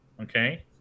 okay